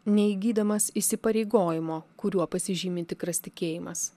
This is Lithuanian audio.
neįgydamas įsipareigojimo kuriuo pasižymi tikras tikėjimas